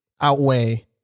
outweigh